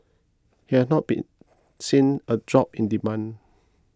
he had not been seen a drop in demand